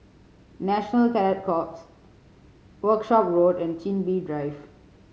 National Cadet Corps Workshop Road and Chin Bee Drive